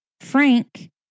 Frank